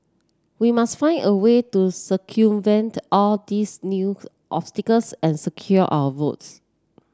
we must find a way to circumvent all these new obstacles and secure our votes